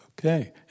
Okay